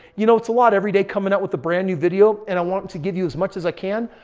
you know, it's a lot every day coming out with a brand new video and i want to give you as much as i can.